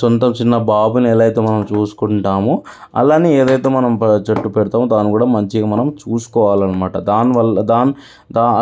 సొంత చిన్న బాబుని ఎలా అయితే మనము చూసుకుంటామో అలానే ఏదైతే మనము చెట్టు పెడతామో దాన్ని కూడా మంచిగా మనం చూసుకోవాలనమాట దానివల్ల దాని